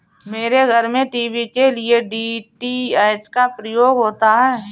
मेरे घर में टीवी के लिए डी.टी.एच का प्रयोग होता है